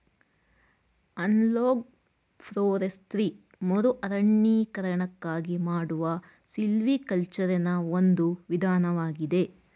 analog forestry ಮರುಅರಣ್ಯೀಕರಣಕ್ಕಾಗಿ ಮಾಡುವ ಸಿಲ್ವಿಕಲ್ಚರೆನಾ ಒಂದು ವಿಧಾನವಾಗಿದೆ